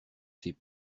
ses